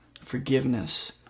Forgiveness